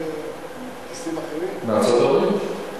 מה זה "רובם"?